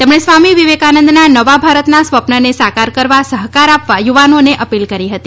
તેમણે સ્વામી વિવેકાનંદનાં નવા ભારતનાં સ્વપ્નને સાકાર કરવા સહકાર આપવા યુવાનોને અપીલ કરી હતી